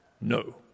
No